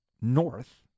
north